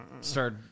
start